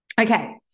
Okay